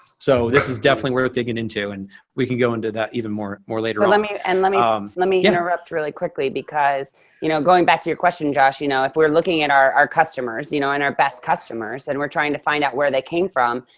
so this is definitely worth digging into, and we can go into that even more, more later on. and let um let me interrupt really quickly because you know, going back to your question, josh, you know, if we're looking at our our customers you know and our best customers, and we're trying to find out where they came from,